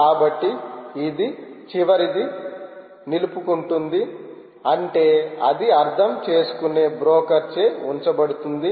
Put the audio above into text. కాబట్టి ఇది చివరిది నిలుపుకుంటుంది అంటే అది అర్థం చేసుకునే బ్రోకర్ చే ఉంచబడుతుంది